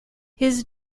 his